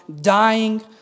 dying